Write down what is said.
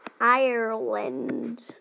Ireland